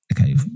okay